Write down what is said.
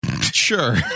sure